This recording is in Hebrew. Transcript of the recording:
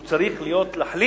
הוא צריך להחליט.